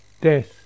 death